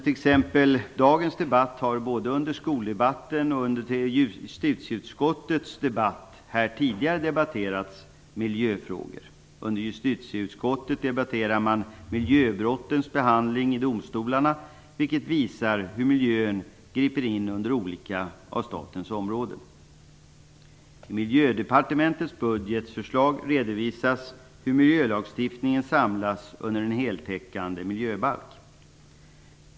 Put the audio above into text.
Tidigare i dag har miljöfrågor debatterats både i skoldebatten och i justitieutskottets debatt. Justitieutskottets ärende gällde miljöbrottens behandling i domstolarna, vilket visar hur miljön griper in i flera av statens områden. I Miljödepartementets budgetförslag redovisas hur miljölagstiftningen samlas under en heltäckande miljöbalk.